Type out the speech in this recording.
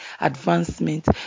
advancement